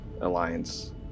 Alliance